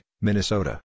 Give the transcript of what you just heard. Minnesota